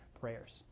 prayers